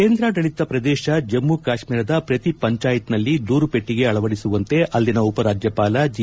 ಕೇಂದ್ರಾಡಳಿತ ಪ್ರದೇಶ ಜಮ್ಮ ಮತ್ತು ಕಾಶ್ಮೀರದ ಪ್ರತಿ ಪಂಚಾಯತ್ ದೂರುಪೆಟ್ಟಿಗೆ ಅಳವದಿಸುವಂತೆ ಅಲ್ಲಿನ ಉಪರಾಜ್ಯಪಾಲ ಜಿ